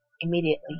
immediately